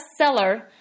bestseller